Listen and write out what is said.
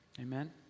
Amen